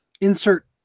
Insert